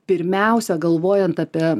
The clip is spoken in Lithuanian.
pirmiausia galvojant apie